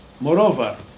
Moreover